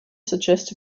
suggests